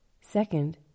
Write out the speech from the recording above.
Second